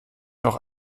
noch